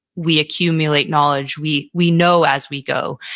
we accumulate knowledge. we we know as we go.